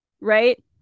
right